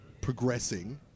progressing